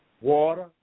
Water